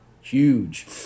huge